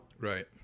Right